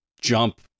jump